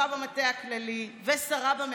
רבות מתוך דאגה עמוקה גם לזכויות שלהם.